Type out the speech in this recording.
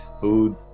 food